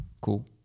Cool